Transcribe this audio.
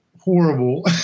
horrible